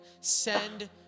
send